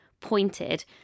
pointed